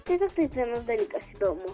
tiesiog taip vienas dalykas įdomu